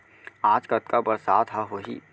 आज कतका बरसात ह होही?